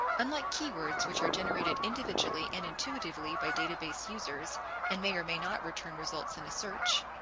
unlike keywords, which are generated individually and intuitively by database users and may or may not return results in a search.